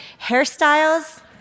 hairstyles